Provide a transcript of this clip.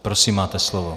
Prosím, máte slovo.